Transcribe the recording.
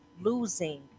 losing